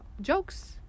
Jokes